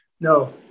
No